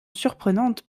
surprenante